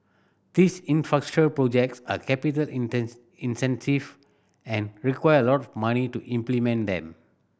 these projects are capital incentive and require a lot of money to implement them